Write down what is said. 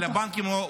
על הבנקים.